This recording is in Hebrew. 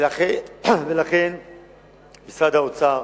ולכן משרד האוצר,